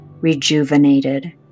rejuvenated